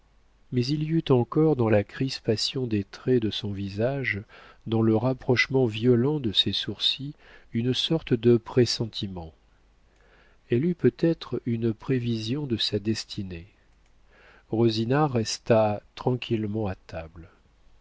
mais il y eut encore dans la crispation des traits de son visage dans le rapprochement violent de ses sourcils une sorte de pressentiment elle eut peut-être une prévision de sa destinée rosina resta tranquillement à table